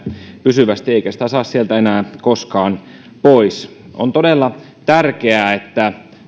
pysyvästi eikä sitä saa sieltä enää koskaan pois on todella tärkeää että